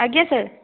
ଆଜ୍ଞା ସାର୍